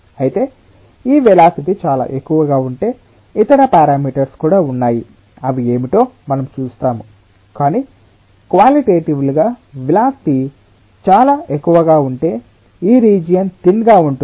అయితే ఈ వేలాసిటి చాలా ఎక్కువగా ఉంటే ఇతర పారామీటర్స్ కూడా ఉన్నాయి అవి ఏమిటో మనం చూస్తాము కాని క్వాలిటెటివ్లిగా వెలాసిటి చాలా ఎక్కువగా ఉంటే ఈ రీజియన్ తిన్ గా ఉంటుంది